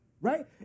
right